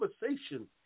conversation